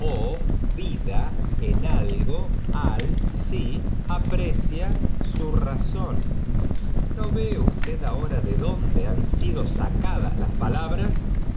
vida en digo al ai aprieta su razón no ve usted ahora de dónde han sido sacadas las palabras